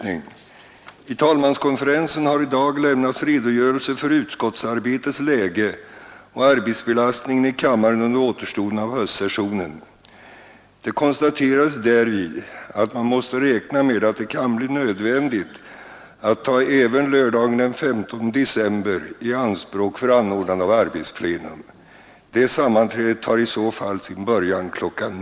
I talmanskonferensen har i dag lämnats redogörelser för utskottsarbetets läge och arbetsbelastningen i kammaren under återstoden av höstsessionen. Det konstaterades därvid att man måste räkna med att det kan bli nödvändigt att ta även lördagen den 15 december i anspråk för anordnande av arbetsplenum. Det sammanträdet tar i så fall sin början kl.